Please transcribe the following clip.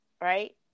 right